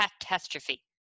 catastrophe